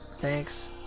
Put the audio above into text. thanks